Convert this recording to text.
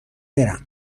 برم